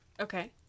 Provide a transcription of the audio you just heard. Okay